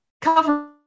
cover